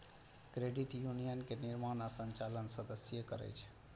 credit union के निर्माण आ संचालन सदस्ये करै छै